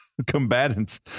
combatants